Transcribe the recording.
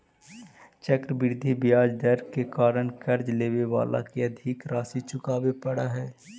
चक्रवृद्धि ब्याज दर के कारण कर्ज लेवे वाला के अधिक राशि चुकावे पड़ऽ हई